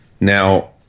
now